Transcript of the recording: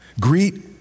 Greet